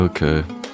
Okay